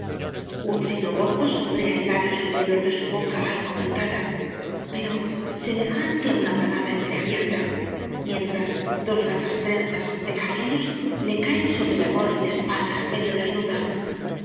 un fino bozo sombrea el labio superior de su boca algo abultada pero semejante á u n a granada entreabierta mientras dos largas trenzas de cabellos le caen sobre la mórbida espalda medio desn